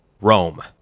Rome